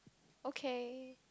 okay